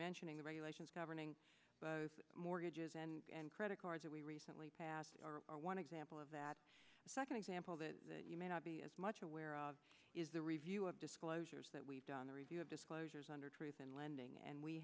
mentioning the regulations governing mortgages and credit cards and we recently passed our one example of that second example that you may not be as much aware of is the review of disclosures that we've done the review of disclosures under truth in lending and we